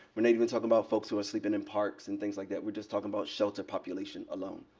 we're not even talking about folks who are sleeping in parks and things like that. we're just talking about shelter population alone.